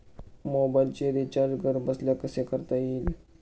मोबाइलचे रिचार्ज घरबसल्या कसे करता येईल?